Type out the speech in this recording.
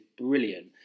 brilliant